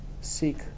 seek